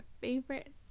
favorite